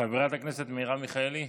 חברת הכנסת מרב מיכאלי,